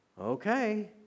Okay